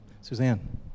Suzanne